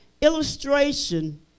illustration